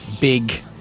big